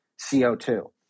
CO2